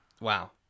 Wow